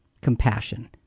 compassion